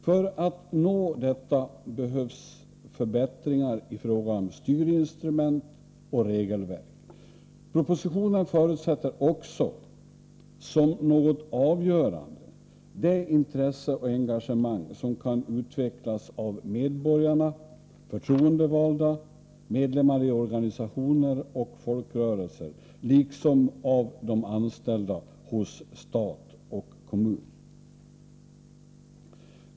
För att man skall kunna nå detta mål behövs förbättringar i fråga om styrinstrument och regelverk. Propositionen förutsätter också som något avgörande det intresse och engagemang som kan utvecklas av medborgarna, förtroendevalda, medlemmar i organisationer och folkrörelser, liksom av de anställda hos stat och kommun.